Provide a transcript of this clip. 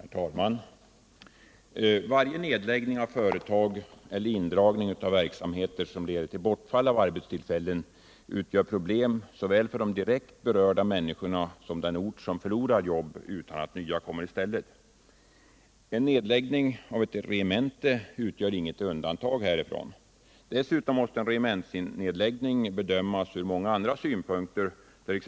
Herr talman! Varje nedläggning av företag eller indragning av verksamheter som leder till bortfall av arbetstillfällen utgör problem såväl för de direkt berörda människorna som för den ort som förlorar jobb utan att nya kommer i stället. En nedläggning av ett regemente utgör inget undantag härifrån. Dessutom måste en regementsnedläggning bedömas från många andra synpunkter, t.ex.